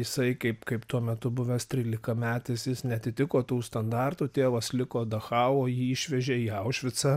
jisai kaip kaip tuo metu buvęs trylikametis jis neatitiko tų standartų tėvas liko dachau o jį išvežė į aušvicą